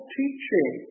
teaching